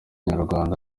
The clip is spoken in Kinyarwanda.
kinyarwanda